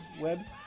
webs